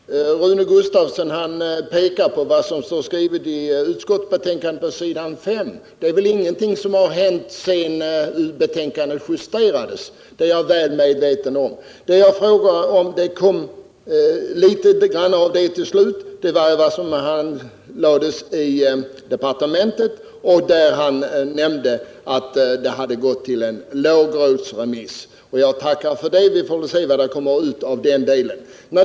Herr talman! Rune Gustavsson pekar på vad som står skrivet i utskottets betänkande på s. 5 och säger att en del har hänt sedan betänkandet justerades. Det är jag väl medveten om. Det jag frågade om berörde Rune Gustavsson i slutet av sitt anförande, nämligen handläggningen i departementet. Där nämnde han att ärendet gått till lagrådet på remiss. Jag tackar för den upplysningen. Vi får se vad som kommer ut av den behandlingen.